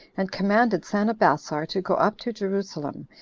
and commanded sanabassar to go up to jerusalem,